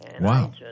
Wow